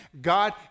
God